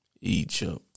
Egypt